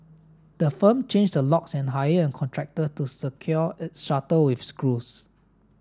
the firm changed the locks and hired a contractor to secure its shutter with screws